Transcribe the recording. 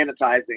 sanitizing